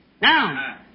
now